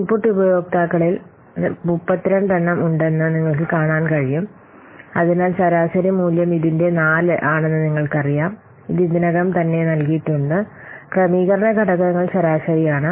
input ഉപയോക്താക്കളിൽ 32 എണ്ണം ഉണ്ടെന്ന് നിങ്ങൾക്ക് കാണാൻ കഴിയും അതിനാൽ ശരാശരി മൂല്യം ഇതിന്റെ 4 ആണെന്ന് നിങ്ങൾക്കറിയാം ഇത് ഇതിനകം തന്നെ നൽകിയിട്ടുണ്ട് ക്രമീകരണ ഘടകങ്ങൾ ശരാശരിയാണ്